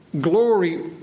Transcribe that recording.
glory